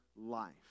life